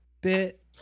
bit